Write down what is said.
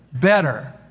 Better